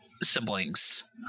siblings